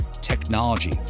technology